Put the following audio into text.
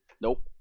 Nope